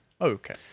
Okay